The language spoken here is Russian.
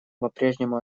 попрежнему